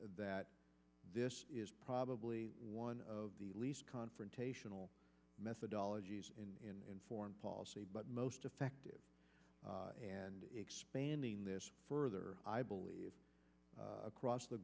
that this is probably one of the least confrontational methodology in foreign policy but most effective and expanding this further i believe across the